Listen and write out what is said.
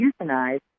euthanized